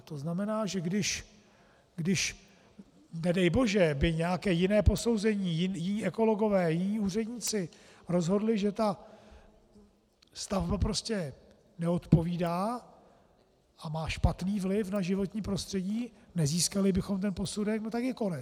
To znamená, že když nedej bože by nějaké jiné posouzení, jiní ekologové, jiní úředníci rozhodli, že ta stavba prostě neodpovídá a má špatný vliv na životní prostředí, nezískali bychom ten posudek, tak je konec.